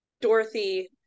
dorothy